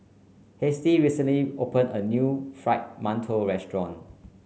Halsey recently opened a new Fried Mantou restaurant